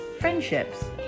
friendships